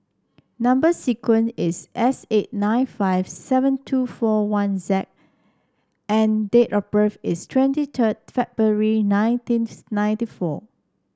number sequence is S eight nine five seven two four one X and date of birth is twenty third February nineteen ninety four